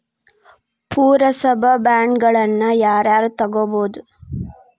ಪುರಸಭಾ ಬಾಂಡ್ಗಳನ್ನ ಯಾರ ಯಾರ ತುಗೊಬೊದು?